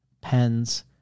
Pens